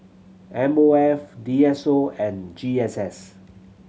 M O F D S O and G S S